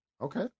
Okay